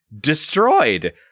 destroyed